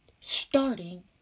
starting